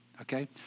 okay